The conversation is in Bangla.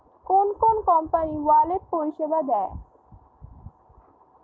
কোন কোন কোম্পানি ওয়ালেট পরিষেবা দেয়?